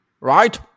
Right